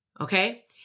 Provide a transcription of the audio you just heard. okay